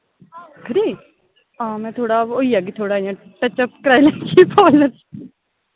खरी हां मैं थोह्ड़ा होई आगी थोह्ड़ा इ'य्यां टच अप कराई लैगी पार्लर